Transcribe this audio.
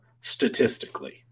statistically